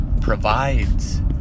provides